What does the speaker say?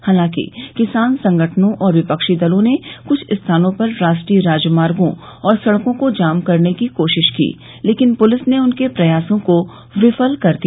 हालांकि किसान संगठनों और विपक्षी दलों ने कुछ स्थानों पर राष्ट्रीय राजमार्गो और सड़कों को जाम करने की कोशिश की लेकिन पुलिस ने उनके प्रयासों को विफल कर दिया